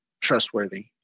trustworthy